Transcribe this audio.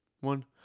one